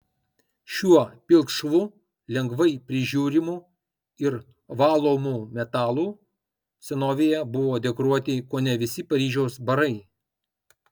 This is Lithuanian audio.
šiuo pilkšvu lengvai prižiūrimu ir valomu metalu senovėje buvo dekoruoti kone visi paryžiaus barai